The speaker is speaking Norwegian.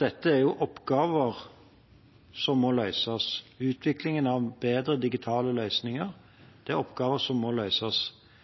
Dette er jo oppgaver som må løses, utviklingen av bedre digitale løsninger er oppgaver som må løses.